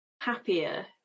happier